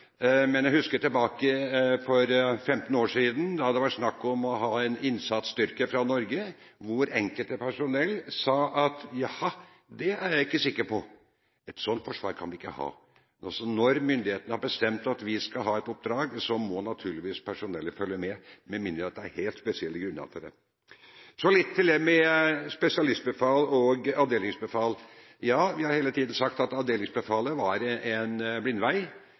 Men jeg husker tilbake til for 15 år siden, da det var snakk om å ha en innsatsstyrke fra Norge, hvor enkelte personell sa at nei, det er jeg ikke sikker på. Et sånt forsvar kan vi ikke ha. Når myndighetene har bestemt at vi skal ha et oppdrag, må naturligvis personellet følge med, med mindre det er helt spesielle grunner. Så litt til det med spesialistbefal og avdelingsbefal. Ja, vi har hele tiden sagt at avdelingsbefalet var en blindvei.